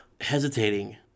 hesitating